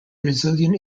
brazilian